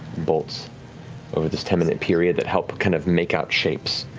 bolts over this ten minute period that help kind of make out shapes,